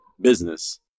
business